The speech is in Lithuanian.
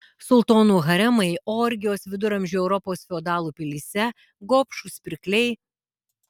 sultonų haremai orgijos viduramžių europos feodalų pilyse gobšūs pirkliai